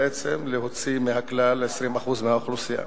בעצם להוציא מהכלל 20% מהאוכלוסייה.